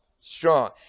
strong